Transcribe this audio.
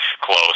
close